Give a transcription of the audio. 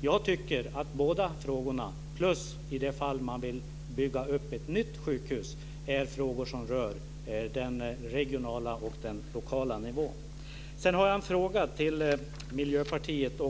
Jag tycker att båda dessa frågor plus det fall där man vill bygga upp ett nytt sjukhus rör den regionala och lokala nivån. Sedan har jag en fråga till Miljöpartiet.